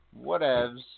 whatevs